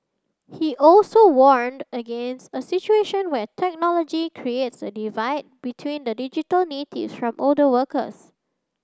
he also warned against a situation where technology creates a divide between the digital natives from older workers